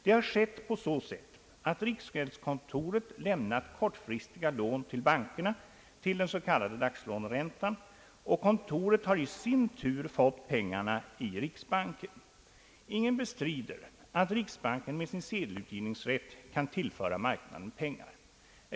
Det har skett på så sätt att riksgäldskontoret lämnat kortfristiga lån till bankerna till den s.k. dagslåneräntan, och kontoret har i sin tur fått pengarna i riksbanken. Ingen bestrider att riksbanken med sin sedelutgivningsrätt kan = tillföra marknaden pengar.